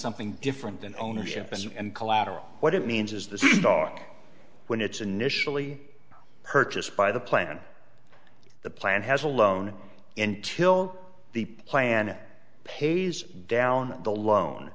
something different than ownership and collateral what it means is this dog when it's initially purchased by the plan the plan has alone intil the plan pays down the loan